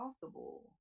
possible